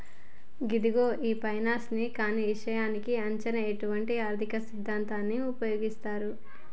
ఇదిగో గీ ఫైనాన్స్ కానీ ఇషాయాలను అంచనా ఏసుటానికి ఆర్థిక సిద్ధాంతాన్ని ఉపయోగిస్తారు